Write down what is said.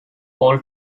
all